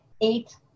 eight